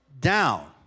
down